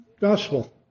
gospel